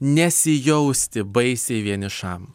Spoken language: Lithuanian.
nesijausti baisiai vienišam